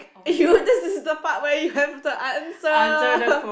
eh dude this is the part where you have to answer